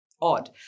odd